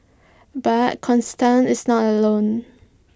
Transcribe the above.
but constant is not alone